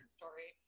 story